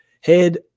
Head